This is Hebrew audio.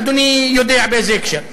אדוני יודע באיזה הקשר.